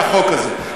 על החוק הזה.